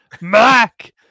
Mac